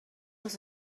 els